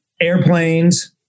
Airplanes